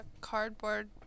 cardboard